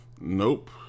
Nope